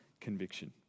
conviction